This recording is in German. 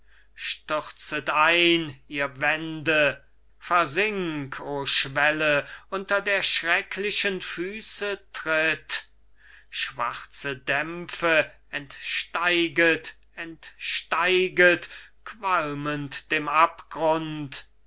stürzet ein ihr wände versink o schwelle unter der schrecklichen füße tritt schwarze dämpfe entsteiget entsteiget qualmend dem abgrund